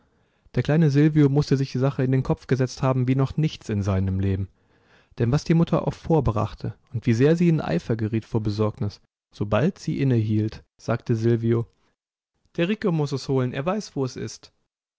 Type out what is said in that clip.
der kleine silvio mußte sich die sache in den kopf gesetzt haben wie noch nichts in seinem leben denn was die mutter auch vorbrachte und wie sehr sie in eifer geriet vor besorgnis sobald sie innehielt sagte silvio der rico muß es holen er weiß wo es ist